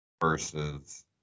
versus